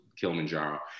Kilimanjaro